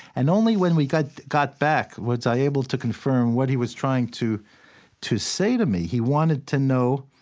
and only when we got got back was i able to confirm what he was trying to to say to me. he wanted to know